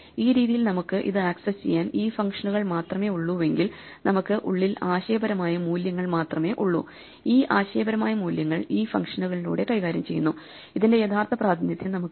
ഈ രീതിയിൽ നമുക്ക് ഇത് ആക്സസ് ചെയ്യാൻ ഈ ഫംഗ്ഷനുകൾ മാത്രമേ ഉള്ളൂവെങ്കിൽ നമുക്ക് ഉള്ളിൽ ആശയപരമായ മൂല്യങ്ങൾ മാത്രമേ ഉള്ളൂ ഈ ആശയപരമായ മൂല്യങ്ങൾ ഈ ഫംഗ്ഷനുകളിലൂടെ കൈകാര്യം ചെയ്യുന്നു ഇതിന്റെ യഥാർത്ഥ പ്രാതിനിധ്യം നമുക്ക് അറിയില്ല